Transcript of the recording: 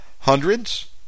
hundreds